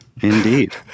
Indeed